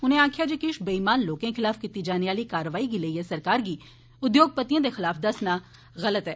उनें आक्खेया जे किश बेईमान लोकें खलाफ कीती जाने आहली कारवाई गी लेईये सरकार गी उघोगपतियें दे खलाफ दस्सना भलेंआ गलत ऐ